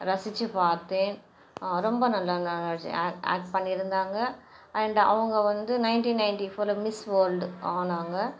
ரசித்து பார்த்தேன் ரொம்ப நல்லா நடித்து ஆக் ஆக்ட் பண்ணியிருந்தாங்க அண்ட் அவங்க வந்து நயன்டின் நயன்ட்டி ஃபோரில் மிஸ் வோர்ல்ட் ஆனாங்க